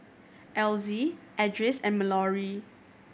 Elzie Edris and Malorie